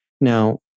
Now